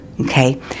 Okay